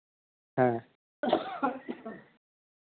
हाँ